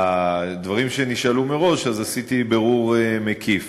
על דברים שנשאלו מראש עשיתי בירור מקיף.